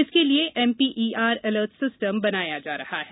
इसके लिये MP ER alert system बनाया जा रहा है